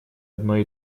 одной